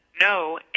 no